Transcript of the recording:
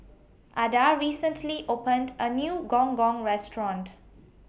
Ada recently opened A New Gong Gong Restaurant